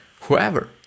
whoever